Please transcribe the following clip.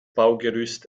baugerüst